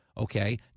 okay